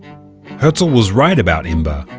herzl was right about imber,